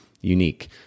unique